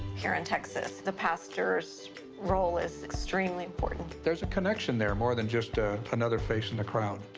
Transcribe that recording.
here in texas, the pastor's role is extremely important. there's a connection there more than just ah another face in the crowd.